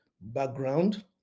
background